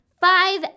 five